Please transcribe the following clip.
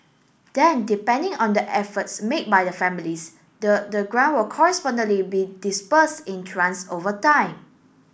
then depending on the efforts made by the families the the grant will correspondingly be disbursed in over time